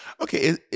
Okay